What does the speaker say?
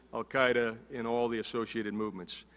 al qaeda, and all the associated movements.